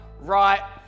right